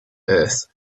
earth